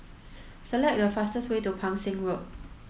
select the fastest way to Pang Seng Road